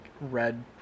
red